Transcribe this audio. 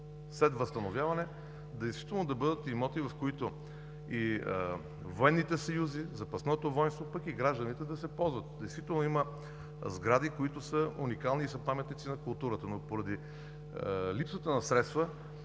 след възстановяване, да бъдат имоти, в които и военните съюзи, запасното войнство, пък и гражданите да се ползват. Действително има сгради, които са уникални и са паметници на културата, но поради липсата на средствата